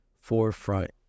forefront